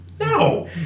No